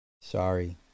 sorry